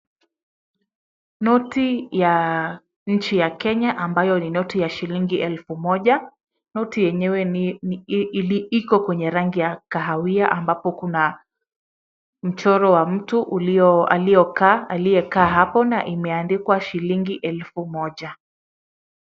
Noti ya nchi ya Kenya ambayo ni noti ya shilingi elfu moja. Noti yenyewe iko kwenye rangi ya kahawia ambapo kuna mchoro wa mtu aliyekaa hapo na imeandikwa shilingi elfu moja.